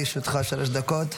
בבקשה, לרשותך שלוש דקות.